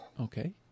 Okay